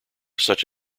such